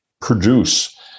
produce